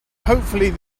hopefully